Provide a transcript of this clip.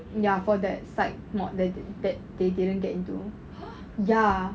ya for that psych mod that they didn't get into ya